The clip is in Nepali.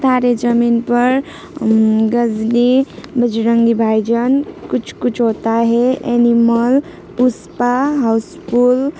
तारे जमिन पर गजनी बजरङ्गी भाइजान कुछ कुछ होता हे एनिमल पुष्पा हाउसफुल